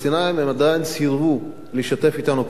הם עדיין סירבו לשתף אתנו פעולה.